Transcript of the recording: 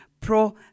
pro